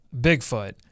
Bigfoot